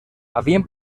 havien